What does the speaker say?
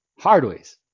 Hardways